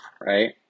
right